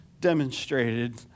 demonstrated